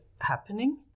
happening